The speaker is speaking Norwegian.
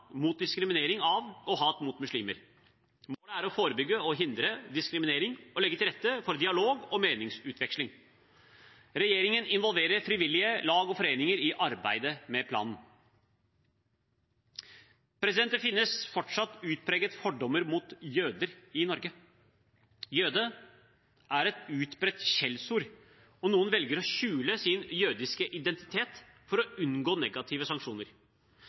mot diskriminering av og hat mot muslimer. Målet er å forebygge og hindre diskriminering og legge til rette for dialog og meningsutveksling. Regjeringen involverer frivillige lag og foreninger i arbeidet med planen. Det finnes fortsatt utpregede fordommer mot jøder i Norge. «Jøde» er et utbredt skjellsord, og noen velger å skjule sin jødiske identitet for å unngå negative sanksjoner.